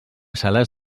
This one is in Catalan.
salàs